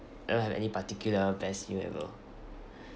I don't have any particular best meal ever